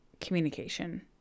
communication